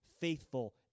faithful